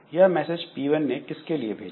यह message P1 ने किसके लिए भेजा